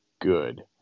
good